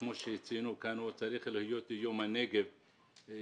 כמו שצוין כאן זה צריך להיות יום הנגב ליהודים